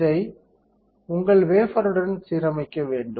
இதை உங்கள் வேஃபர்டன் சீரமைக்க வேண்டும்